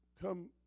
come